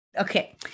Okay